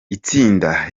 itsinda